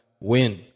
win